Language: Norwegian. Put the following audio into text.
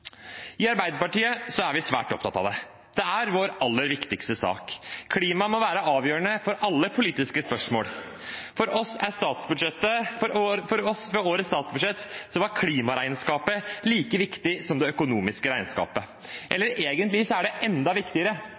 I Arbeiderpartiet er vi svært opptatt av det. Det er vår aller viktigste sak. Klima må være avgjørende for alle politiske spørsmål. I årets statsbudsjett var klimaregnskapet like viktig som det økonomiske regnskapet for oss. Eller egentlig er det enda viktigere,